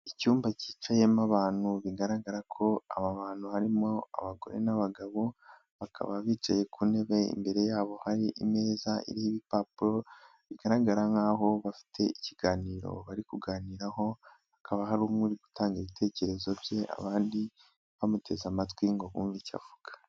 Icyumba cyicayemo abantu bigaragara ko aba bantu harimo abagore n'abagabo, bakaba bicaye ku ntebe imbere yabo hari imeza iriho ibipapuro, bigaragara nk' aho bafite ikiganiro bari kuganiraho, hakaba hari umwe uri gutanga ibitekerezo bye, abandi bamuteze amatwi ngo bumve icyo avuga.